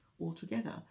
altogether